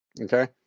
Okay